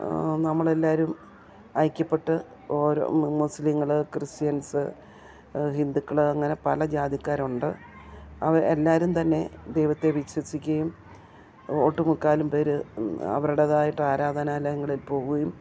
നമ്മളെല്ലാവരും ഐക്യപ്പെട്ട് ഓരോ മുസ്ലീങ്ങൾ ക്രിസ്ത്യൻസ് ഹിന്ദുക്കൾ അങ്ങനെ പല ജാതിക്കാരുണ്ട് അവരെല്ലാവരും തന്നെ ദൈവത്തെ വിശ്വസിക്കുകയും ഒട്ട് മുക്കാലും പേര് അവരുടേതായിട്ടാരാധനാലയങ്ങളിൽ പോകുകയും